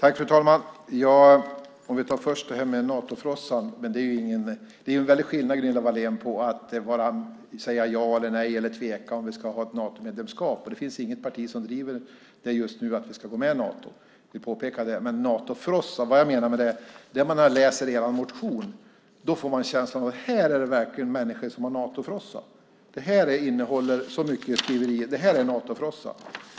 Fru talman! När det först gäller detta med Natofrossan är det ju en väldig skillnad, Gunilla Wahlén, på att säga ja, nej eller att tveka till att vi ska ha ett Natomedlemskap. Jag vill påpeka att det inte är något parti som just nu driver att vi ska gå med i Nato. Vad jag menar med Natofrossa är att när man läser er motion får man känslan att här är det verkligen människor som har Natofrossa. Motionen innehåller så mycket skriverier som visar på Natofrossa.